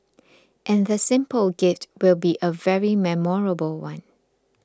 and the simple gift will be a very memorable one